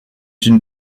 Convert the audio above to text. une